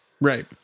Right